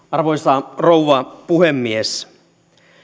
arvoisa rouva puhemies